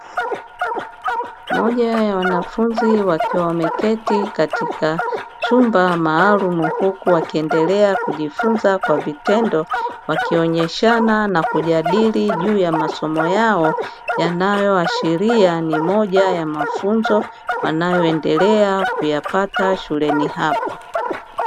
Moja ya wanafunzi wakiwa wameketi katika chumba maalum huku wakiendelea kujifunza kwa vitendo wakionyeshana na kujadili juu ya masomo yao yanayoashiria ni moja ya mafunzo wanayoendelea kuyapata shuleni hapo.